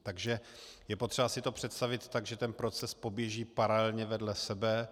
Takže je potřeba si to představit tak, že ten proces poběží paralelně vedle sebe.